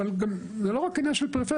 אבל זה לא רק עניין של פריפריה,